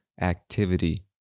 activity